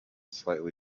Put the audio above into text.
slightly